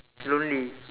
lonely